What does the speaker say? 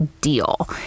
deal